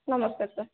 ନମସ୍କାର ସାର୍